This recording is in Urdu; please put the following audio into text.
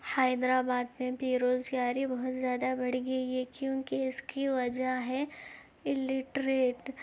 حیدر آباد میں بےروزگاری بہت زیادہ بڑھ گئی ہے کیوں کہ اس کی وجہ ہے اللیٹریٹ